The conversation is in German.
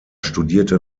studierte